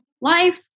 life